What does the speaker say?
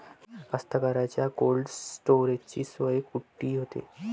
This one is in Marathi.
कास्तकाराइच्या कोल्ड स्टोरेजची सोय कुटी होते?